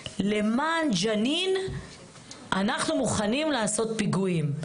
קראו, למען ג'נין אנחנו מוכנים לעשות פיגועים.